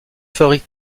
fabrique